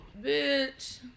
bitch